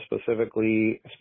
specifically